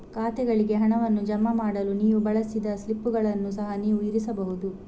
ಖಾತೆಗಳಿಗೆ ಹಣವನ್ನು ಜಮಾ ಮಾಡಲು ನೀವು ಬಳಸಿದ ಸ್ಲಿಪ್ಪುಗಳನ್ನು ಸಹ ನೀವು ಇರಿಸಬಹುದು